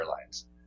airlines